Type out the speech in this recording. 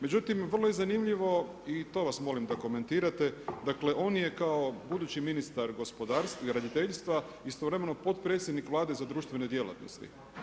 Međutim, vrlo je zanimljivo i to vas molim da komentirate, dakle on je kao budući ministar graditeljstva, istovremeno potpredsjednik Vlade za društvene djelatnosti.